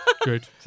good